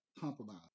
Compromise